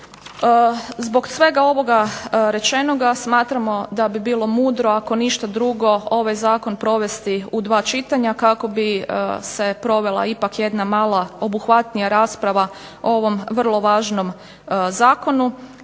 Zbog svega ovoga rečenog smatramo da bi bilo mudro ako ništa drugo ovaj zakon provesti u dva čitanja kako bi se provela ipak jedna malo obuhvatnija rasprava o ovom vrlo važnom zakonu